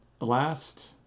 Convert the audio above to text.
last